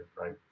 right